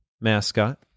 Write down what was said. mascot